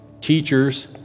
teachers